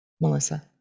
Melissa